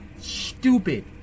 Stupid